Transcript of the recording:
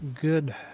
good